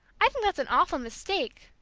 i think that's an awful mistake,